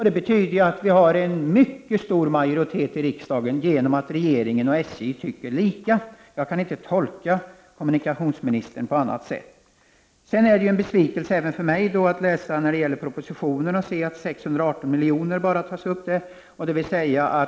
Det betyder att vi har en mycket stor majoritet i riksdagen, eftersom regeringen och SJ tycker lika. Jag kan inte tolka kommunikationsministern på annat sätt. Det var en besvikelse även för mig att läsa i budgetpropositionen att endast 618 miljoner tas upp.